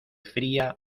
fría